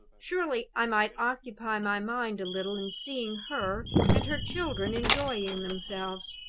surely i might occupy my mind a little in seeing her and her children enjoying themselves.